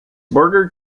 bordered